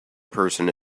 person